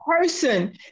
person